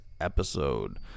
episode